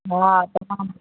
हा तमामु